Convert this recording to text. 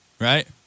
right